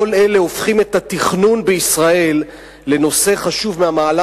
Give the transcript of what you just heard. כל אלה הופכים את התכנון בישראל לנושא חשוב מהמעלה